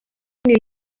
new